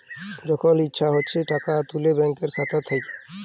যখল ইছা যে টাকা তুলে ব্যাংকের খাতা থ্যাইকে